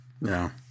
No